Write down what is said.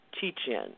teach-in